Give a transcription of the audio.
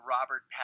Robert